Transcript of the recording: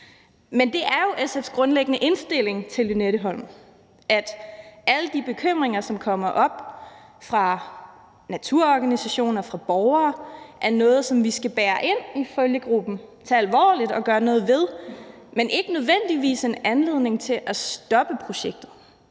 op. Det er jo SF's grundlæggende indstilling til Lynetteholm, at alle de bekymringer, som kommer op fra naturorganisationer og fra borgere, er noget, som vi skal bære ind i følgegruppen, tage alvorligt og gøre noget ved, men ikke nødvendigvis en anledning til at stoppe projektet